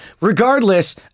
Regardless